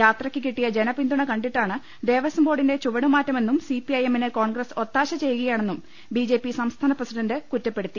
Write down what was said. യാത്രയ്ക്ക് കിട്ടിയ ജനപിന്തുണ കണ്ടിട്ടാണ് ദേവസംബോർഡിന്റെ ചുവടുമാറ്റമെന്നും സി പി ഐ എമ്മിന് കോൺഗ്രസ് ഒത്താശ ചെയ്യുകയാണെന്നും ബി ജെ പി സംസ്ഥാന പ്രസിഡണ്ട് കുറ്റപ്പെടുത്തി